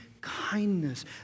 kindness